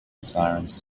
sirens